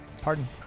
Pardon